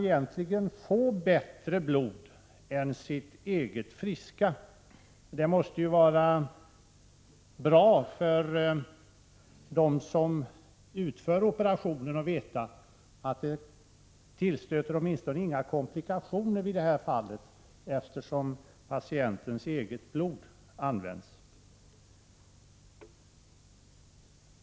Kan man egentligen få bättre blod än sitt eget friska? Det måste ju vara bra för dem som utför operationen att veta, att det åtminstone inte tillstöter några komplikationer, eftersom det är patientens eget blod som används.